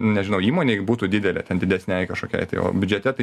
nežinau įmonei būtų didelė ten didesnei kažkokiai tai o biudžete tai